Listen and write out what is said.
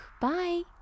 Bye